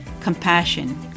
Compassion